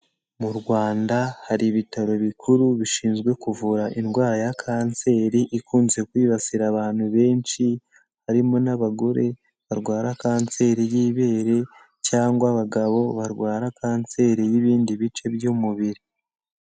Mu Rwanda hari ibitaro bikuru bishinzwe kuvura indwara ya Kanseri ikunze kwibasira abantu benshi, harimo n'abagore barwara Kanseri y'ibere cyangwa abagabo barwara Kanseri y'ibindi bice by'umubiri.